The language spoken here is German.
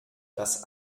das